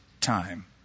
time